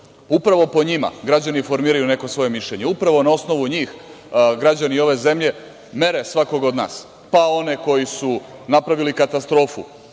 upravo po njima građani formiraju neko svoje mišljenje, upravo na osnovu njih građani formiraju mere svakog od nas, pa one koje su napravili katastrofu